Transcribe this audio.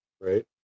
right